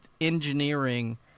engineering